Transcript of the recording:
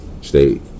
State